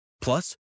Plus